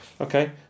Okay